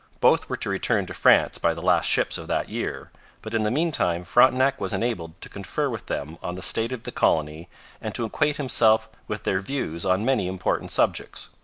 both were to return to france by the last ships of that year but in the meantime frontenac was enabled to confer with them on the state of the colony and to acquaint himself with their views on many important subjects.